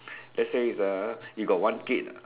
let's say uh you got one kid ah